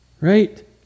Right